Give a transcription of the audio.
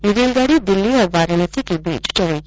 यह रेलगाड़ी दिल्ली और वाराणसी के बीच चलेगी